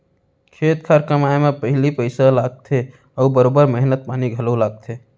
खेत खार कमाए म पहिली पइसा लागथे अउ बरोबर मेहनत पानी घलौ लागथे